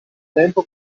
tempo